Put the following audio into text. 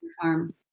Farm